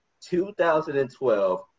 2012